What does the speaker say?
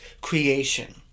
creation